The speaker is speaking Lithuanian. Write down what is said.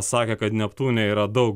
sakė kad neptūne yra daug